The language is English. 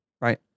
Right